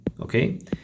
okay